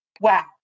wow